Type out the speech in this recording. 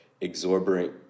exorbitant